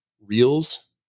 reels